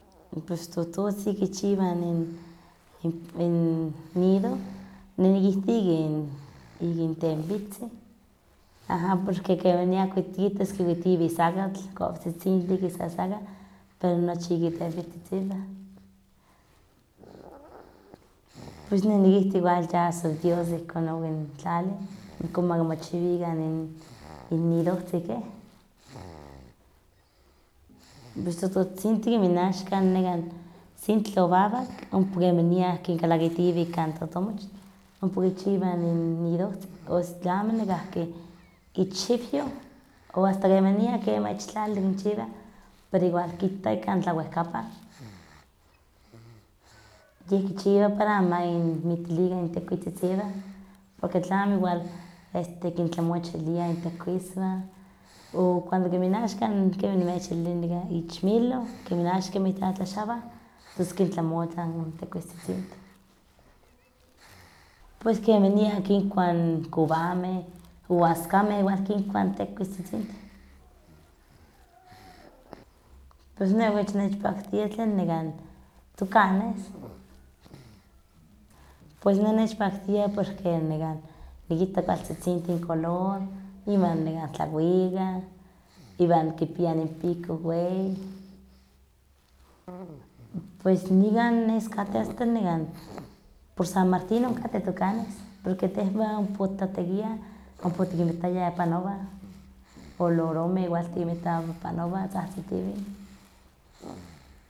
Pues totoztin kichiwah in in nidoh neh nikihtowa ik in ika intenpitzin, aha porque kemanian tikihtos kikuitiwih sakatl, kowtzitzintih kisasaka, pero nochi ika itempitzitziwah, pues neh nikihtowa igual ya son dios ihkon okintlali ihkn makimochiwikan in innidohtzin ke. Pues tototzitzintih kemin axkan nekan sintli owawak, ompa kemanian kinkalakitiweh kan totomochtl, ompa kichiwah in nidohtzin, osi tlamo nekahki ich xiwyoh, o asta kemanian kemah ich tlali kinchiwa, pero igual kitah ik kan tlawehkapan, yeh kichiwa para amo makinmitilikan intekuistzitziwan. Porque tlamo igual kintlamochiliah intekuiswan, o cuando kemin axkan kemih nimechilia ich miloh, kemin axkan mirtlatlaxawah, tos kintlamotlah intekuistzitzintih, pues kemian kinkuah kuwameh, o asmakeh nigual kinkuah tekuistzitzintih, pues neh okachi nechpaktia tlen tucanes, pues neh nechpaktia porque nikita kualtzitzintih color, iwan nekan tlakuika iwan kipiah inpiko weyi, pues nikan nes kateh asta por san martín onkateh tucanes, porque tehwan ompa otitlatekiah ompa otikinmitayah panowah, o loromeh igual ompa tikinmikta panowah tzahtzitiwih.